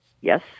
Yes